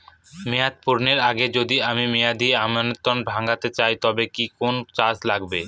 মেয়াদ পূর্ণের আগে যদি আমি মেয়াদি আমানত ভাঙাতে চাই তবে কি কোন চার্জ লাগবে?